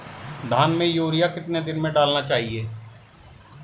धान में यूरिया कितने दिन में डालना चाहिए?